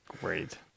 Great